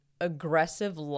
aggressive